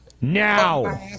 Now